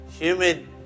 humid